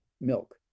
milk